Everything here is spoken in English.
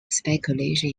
speculation